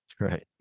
Right